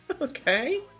okay